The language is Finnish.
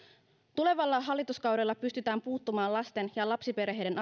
tulevalla hallituskaudella pystytään puuttumaan lasten ja lapsiperheiden